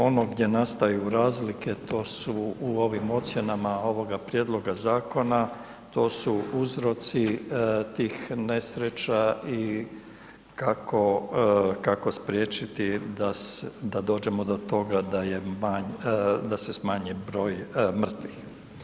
Ono gdje nastaju razlike to su u ovom ocjenama ovoga prijedloga zakona, to su uzroci tih nesreća i kako spriječiti da dođemo do toga da smanji broj mrtvih.